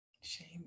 Shame